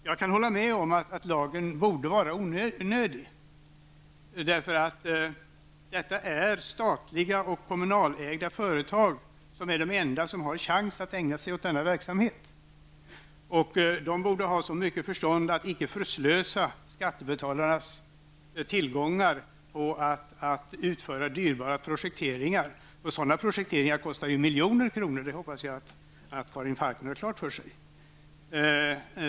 Jag kan hålla med om att lagen borde vara onödig, därför att det ju är statliga och kommunalt ägda företag som är de enda som har chansen att ägna sig åt denna verksamhet. Där borde man ha så mycket förstånd att man icke förslösar skattebetalarnas tillgångar till att utföra dyrbara projekteringar. Sådana projekteringar kostar ju många miljoner, det hoppas jag att Karin Falkmer har klart för sig.